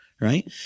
Right